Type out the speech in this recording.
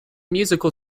musical